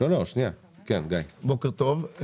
בוקר טוב.